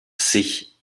sich